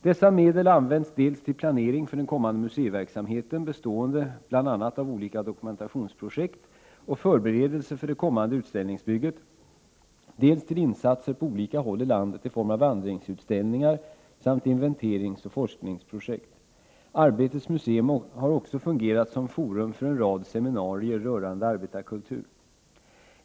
Dessa medel har använts dels till planering för den kommande museiverksamheten, bestående bl.a. av olika dokumentationsprojekt och förberedelser för det kommande utställningsbygget, dels till insatser på olika håll i landet i form av vandringsutställningar samt inventeringsoch forskningsprojekt. Arbétets museum har också fungerat som forum för en rad seminarier rörande arbetarkultur.